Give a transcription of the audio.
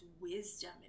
wisdom